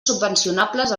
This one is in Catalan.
subvencionables